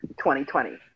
2020